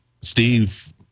Steve